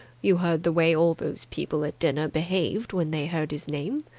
you heard the way all those people at dinner behaved when they heard his name.